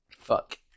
Fuck